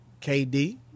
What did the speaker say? KD